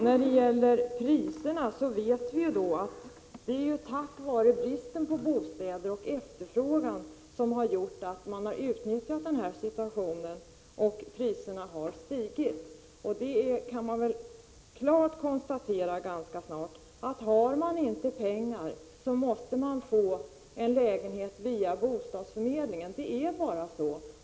När det gäller priserna vet vi att det är bristen på bostäder och den stora efterfrågan som har gjort att man har utnyttjat situationen, och priserna har stigit. Man kan ganska lätt konstatera att om man inte har pengar måste man få en lägenhet via bostadsförmedlingen. Det är bara så.